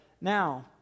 now